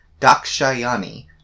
Dakshayani